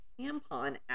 tampon